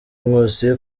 nkusi